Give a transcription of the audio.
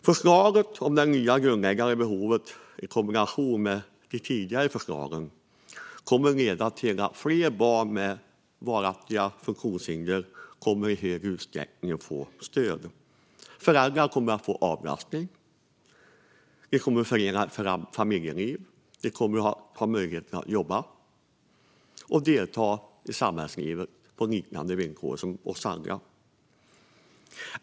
Förslaget om det nya grundläggande behovet kommer i kombination med de tidigare förslagen att leda till att fler barn med varaktiga funktionshinder i större utsträckning kommer att få stöd. Föräldrar kommer också att få avlastning och kommer att kunna ha ett familjeliv och ha möjlighet att jobba och delta i samhällslivet på liknande villkor som vi andra.